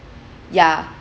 yeah